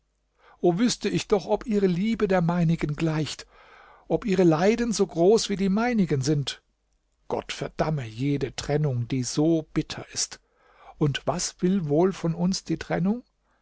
o wüßte ich doch ob ihre liebe der meinigen gleicht ob ihre leiden so groß wie die meinigen sind gott verdamme jede trennung die so bitter ist und was will wohl von uns die trennung